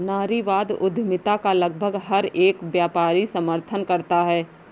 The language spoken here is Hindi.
नारीवादी उद्यमिता का लगभग हर एक व्यापारी समर्थन करता है